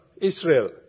Israel